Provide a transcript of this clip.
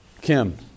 Kim